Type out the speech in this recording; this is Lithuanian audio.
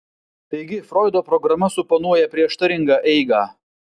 taigi froido programa suponuoja prieštaringą eigą